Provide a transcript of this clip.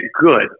good